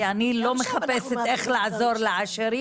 כי אני לא מחפשת איך לעזור לעשירים.